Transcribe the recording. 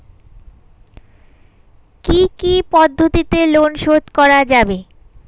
কি কি পদ্ধতিতে লোন শোধ করা যাবে?